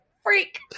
freak